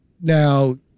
Now